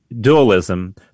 dualism